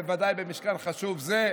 בוודאי במשכן חשוב זה,